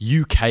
UK